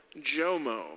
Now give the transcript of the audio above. JOMO